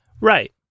Right